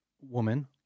woman